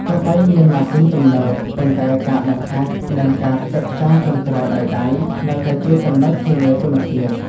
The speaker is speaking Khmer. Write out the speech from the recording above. ទោះបីមានម៉ាស៊ីនទំនើប ប៉ុន្តែការដុសខាត់ និងការផ្ចិតផ្ចង់ចុងក្រោយដោយដៃ នៅតែជាចំណុចធានាគុណភាព។